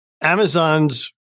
Amazon's